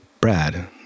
Brad